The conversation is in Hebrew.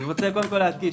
אני רוצה להדגיש,